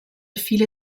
file